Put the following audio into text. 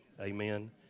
Amen